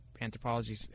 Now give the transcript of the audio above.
Anthropology